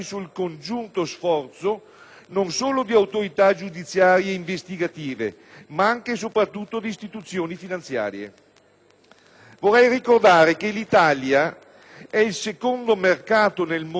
Vorrei ricordare che l'Italia è il secondo mercato nel mondo, dopo gli Stati Uniti, con circa 1.400 milioni di euro l'anno di transazioni finanziarie trattate.